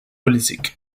politique